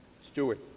Stewart